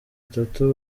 itatu